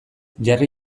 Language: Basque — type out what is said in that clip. jarri